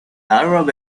arab